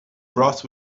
broth